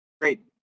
great